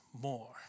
more